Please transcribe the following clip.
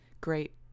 great